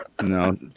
No